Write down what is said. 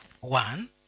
one